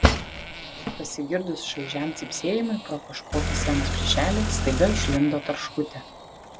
pasigirdus šaižiam cypsėjimui pro kažkokį sienos plyšelį staiga išlindo tarškutė